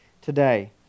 today